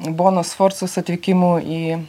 bonos sforcos atvykimu į